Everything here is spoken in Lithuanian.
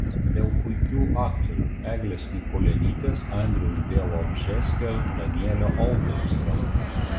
dėl puikių aktorių eglės mikulionytės andriaus bialobžeskio danielio olbrychskio